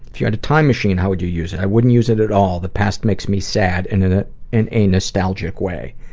if you had a time machine, how would you use it? i wouldn't use it at all. the past makes me sad and in and a nostalgic way.